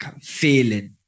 feeling